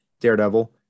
daredevil